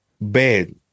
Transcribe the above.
bed